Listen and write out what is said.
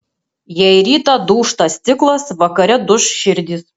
jei rytą dūžta stiklas vakare duš širdys